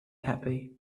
happy